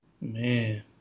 Man